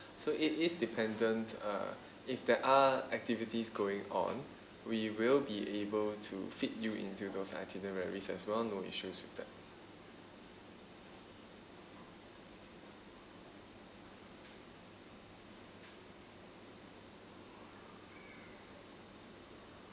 so it is dependent uh if there are activities going on we will be able to fit you into those itineraries as well no issues with that